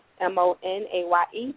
M-O-N-A-Y-E